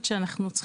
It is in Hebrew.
רק שימושים